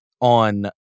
on